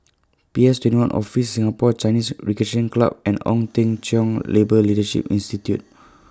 P S twenty one Office Singapore Chinese Recreation Club and Ong Teng Cheong Labour Leadership Institute